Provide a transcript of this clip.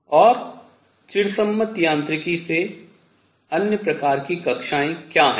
और चिरसम्मत यांत्रिकी से अन्य प्रकार की कक्षाएं क्या हैं